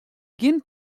gjin